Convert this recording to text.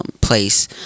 place